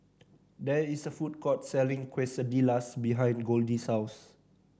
there is a food court selling Quesadillas behind Goldie's house